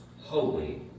holy